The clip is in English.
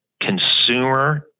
consumer